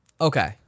Okay